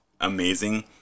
amazing